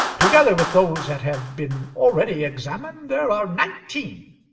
together with those that have been already examined, there are nineteen.